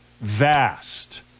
vast